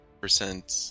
percent